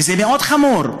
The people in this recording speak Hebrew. וזה מאוד חמור.